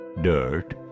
dirt